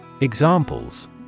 Examples